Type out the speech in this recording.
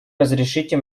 разрешите